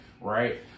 right